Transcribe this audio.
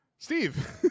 Steve